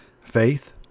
Faith